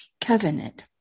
Covenant